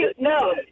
No